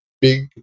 big